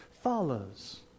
Follows